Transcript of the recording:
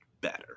better